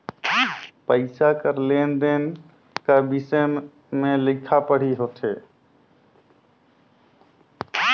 पइसा कर लेन देन का बिसे में लिखा पढ़ी होथे